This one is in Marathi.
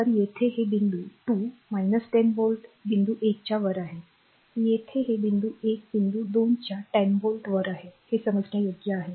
तर येथे हे बिंदू 2 10 व्होल्ट बिंदू 1 च्या वर आहे येथे हे बिंदू 1 बिंदू 2 च्या 10 व्होल्ट वर आहे हे समजण्यायोग्य आहे